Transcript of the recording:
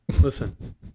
listen